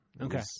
Okay